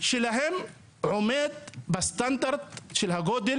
שלהם עומד בסטנדרט של הגודל,